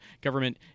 government